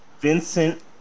Vincent